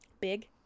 Big